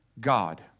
God